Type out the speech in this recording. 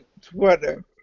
Twitter